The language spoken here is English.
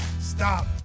Stop